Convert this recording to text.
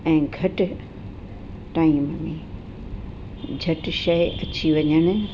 ऐं घटि टाइम में झटि शइ अची वञनि